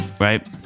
Right